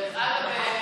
דרך אגב,